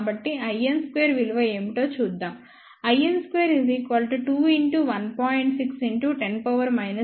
కాబట్టి in2 విలువ ఏమిటో చూద్దాం in2 2× 1